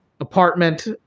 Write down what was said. apartment